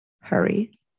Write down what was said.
hurry